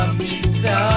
pizza